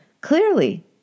Clearly